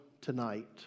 tonight